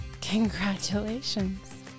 Congratulations